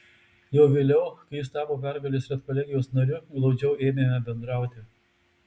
jau vėliau kai jis tapo pergalės redkolegijos nariu glaudžiau ėmėme bendrauti